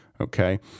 Okay